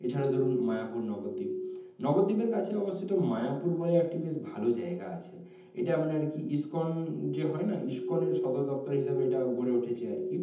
এছাড়া ধরুন মায়াপুর নবদ্বীপ নবদ্বীপের কাছে অবস্থিত মায়াপুর বলে একটি বেশ ভালো জায়গা আছে এটা মানে আর কি ইসকন যে হয় না ইসকনের সদর দপ্তর হিসাবে এটা গড়ে ওঠেছে আর কি